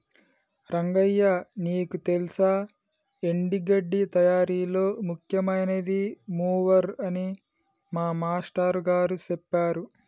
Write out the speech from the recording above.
రంగయ్య నీకు తెల్సా ఎండి గడ్డి తయారీలో ముఖ్యమైనది మూవర్ అని మా మాష్టారు గారు సెప్పారు